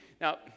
Now